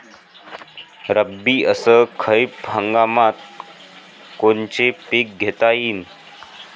रब्बी अस खरीप हंगामात कोनचे पिकं घेता येईन?